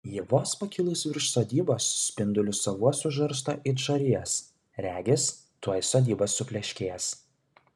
ji vos pakilus virš sodybos spindulius savuosius žarsto it žarijas regis tuoj sodyba supleškės